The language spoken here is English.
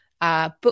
Book